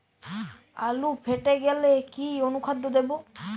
আলু ফেটে গেলে কি অনুখাদ্য দেবো?